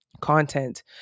content